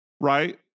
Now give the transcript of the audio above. right